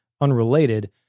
unrelated